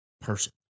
person